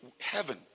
heaven